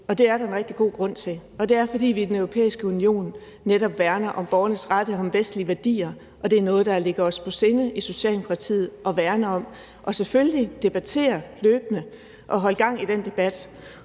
og det er der en rigtig god grund til, og det er, at vi i Den Europæiske Union netop værner om borgernes rettigheder og de vestlige værdier, og det er noget, der ligger os på sinde i Socialdemokratiet at værne om. Og selvfølgelig skal vi løbende debattere det og holde gang i den debat.